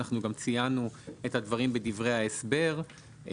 גם ציינו את הדברים בדברי ההסבר.